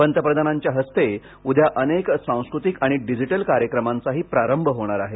पंतप्रधानांच्या हस्ते उद्या अनेक सांस्कृतिक आणि डिजिटल कार्यक्रमांचाही प्रारंभ होणार आहे